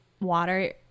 water